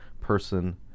person